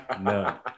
No